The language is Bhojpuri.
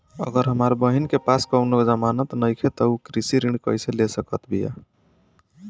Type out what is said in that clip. अगर हमार बहिन के पास कउनों जमानत नइखें त उ कृषि ऋण कइसे ले सकत बिया?